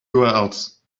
urls